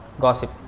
gossip